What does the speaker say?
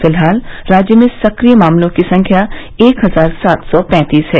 फिलहाल राज्य में सक्रिय मामलों की संख्या एक हजार सात सौ पैंतीस है